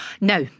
now